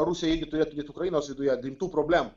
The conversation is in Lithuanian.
rusija irgi turėtų net ukrainos viduje rimtų problemų